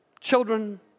children